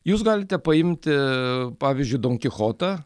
jūs galite paimti pavyzdžiui don kichotą